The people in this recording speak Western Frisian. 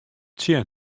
tsjin